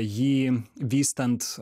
jį vystant